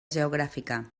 geogràfica